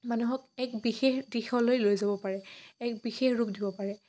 মানুহক এক বিশেষ দিশলৈ লৈ যাব পাৰে এক বিশেষ ৰূপ দিব পাৰে